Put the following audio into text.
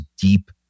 deep